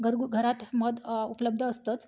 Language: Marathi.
घरगु घरात मध उपलब्ध असतंच